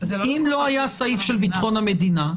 אם לא היה סעיף של ביטחון המדינה,